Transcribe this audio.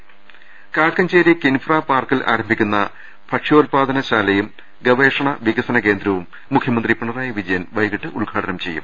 രുട്ട്ട്ട്ട്ട്ട്ട്ട്ട കാക്കഞ്ചേരി കിൻഫ്ര പാർക്കിൽ ആരംഭിക്കുന്ന ഭക്ഷ്യാത്പാദന ശാല യും ഗവേഷണ വികസനകേന്ദ്രവും മുഖ്യമന്ത്രി പിണറായി വിജയൻ വൈകീട്ട് ഉദ്ഘാടനം ചെയ്യും